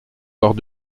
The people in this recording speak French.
hors